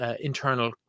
internal